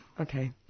Okay